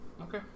Okay